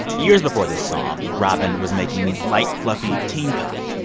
years before this song, robyn was making light, fluffy teen pop.